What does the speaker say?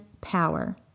power